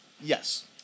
yes